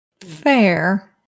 Fair